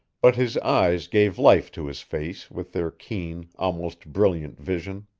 but his eyes gave life to his face with their keen, almost brilliant, vision.